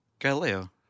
Galileo